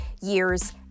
years